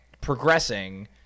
progressing